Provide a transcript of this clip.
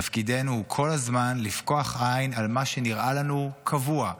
תפקידנו הוא כל הזמן לפקוח עין על מה שנראה לנו קבוע,